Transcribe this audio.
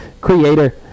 Creator